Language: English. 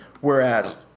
Whereas